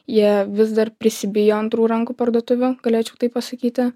jie vis dar prisibijo antrų rankų parduotuvių galėčiau taip pasakyti